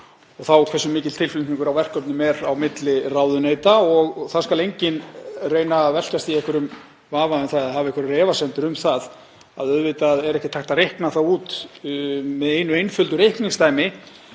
þá hversu mikill tilflutningur á verkefnum er á milli ráðuneyta. Það skal enginn reyna að velkjast í vafa um það eða hafa einhverjar efasemdir um það að auðvitað er ekkert hægt að reikna það út með einu einföldu reikningsdæmi